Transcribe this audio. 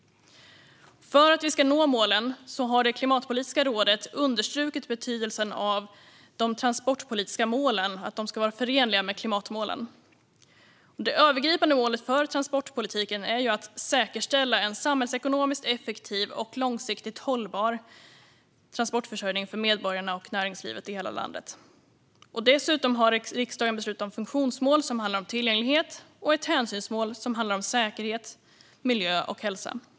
För att vi ska nå målen har Klimatpolitiska rådet understrukit betydelsen av att de transportpolitiska målen är förenliga med klimatmålen. Det övergripande målet för transportpolitiken är att säkerställa en samhällsekonomiskt effektiv och långsiktigt hållbar transportförsörjning för medborgarna och näringslivet i hela landet. Riksdagen har dessutom beslutat om funktionsmål som handlar om tillgänglighet och ett hänsynsmål som handlar om säkerhet, miljö och hälsa.